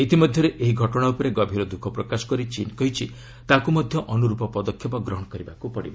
ଇତିମଧ୍ୟରେ ଏହି ଘଟଣା ଉପରେ ଗଭୀର ଦ୍ୟୁଖ ପ୍ରକାଶ କରି ଚୀନ୍ କହିଛି ତାକୁ ମଧ୍ୟ ଅନୁରୂପ ପଦକ୍ଷେପ ଗ୍ରହଣ କରିବାକୁ ପଡ଼ିବ